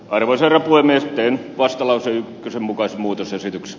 arvoisena voimme sitten vastalause ykkösen mukaisen muutosesityksen